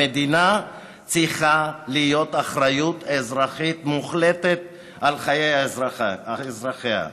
למדינה צריכה להיות אחריות אזרחית מוחלטת על חיי אזרחיה.